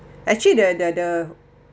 actually the the the